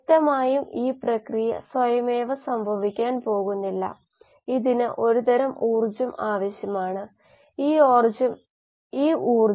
ഇത് സൃഷ്ടിക്കപ്പെടുന്നില്ല അത് നശിപ്പിക്കപ്പെടുന്നില്ല അതിനാൽ മൈനസ് r പൂജ്യം d S പൂജ്യം d ടു ആണ്